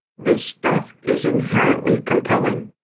this stuff is inherently compelling.